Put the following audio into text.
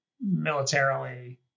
militarily